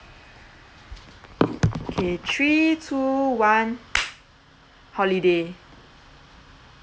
okay three two one holiday